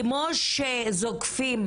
כמו שזוקפים